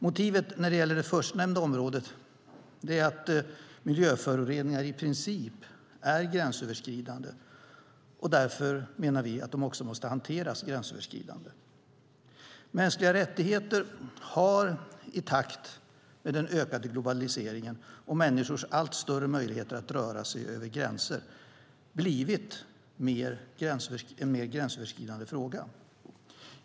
Motivet när det gäller det förstnämnda området är att miljöföroreningar i princip är gränsöverskridande, och därför menar vi att de också måste hanteras gränsöverskridande. Mänskliga rättigheter har i takt med den ökande globaliseringen och människors allt större möjligheter att röra sig över gränser blivit en mer gränsöverskridande fråga.